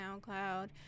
soundcloud